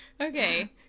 Okay